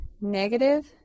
negative